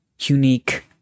unique